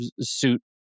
suit